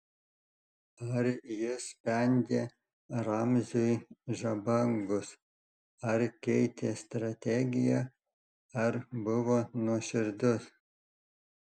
ar jis spendė ramziui žabangus ar keitė strategiją ar buvo nuoširdus